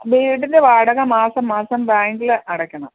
വീടിൻ്റെ വാടക മാസം മാസം ബാങ്കിൽ അടയ്ക്കണം